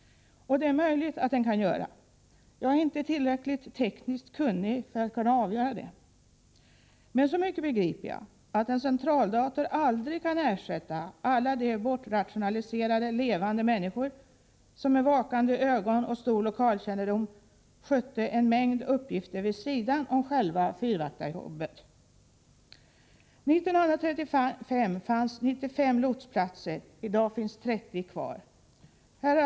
Det är möjligt att datorn kan göra detta. Jag är inte tillräckligt tekniskt kunnig för att avgöra det. Men så mycket begriper jag att en centraldator aldrig kan ersätta alla de bortrationaliserade levande människor som med vakande ögon och stor lokalkännedom skötte en mängd uppgifter vid sidan om själva fyrvaktarjobbet. 1935 fanns det 95 lotsplatser. I dag är 30 kvar.